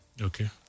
Okay